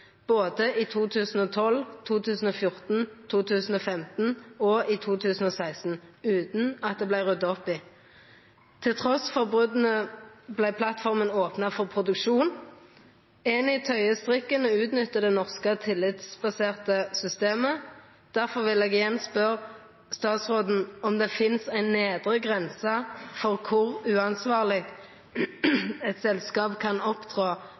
både i 2012, i 2014, i 2015 og i 2016, utan at det vart rydda opp i. Trass brota vart plattforma opna for produksjon. Eni tøyer strikken og utnyttar det norske tillitsbaserte systemet. Difor vil eg igjen spørja statsråden om det finst ei nedre grense for kor uansvarleg eit selskap kan